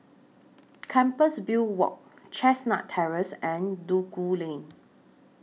Compassvale Walk Chestnut Terrace and Duku Lane